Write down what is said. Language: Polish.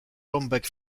rąbek